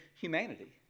humanity